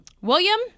William